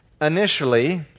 initially